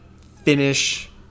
finish